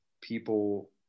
people